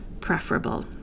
preferable